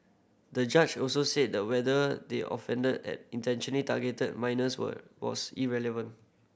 the judge also said that whether they offender had intentional targeted minors were was irrelevant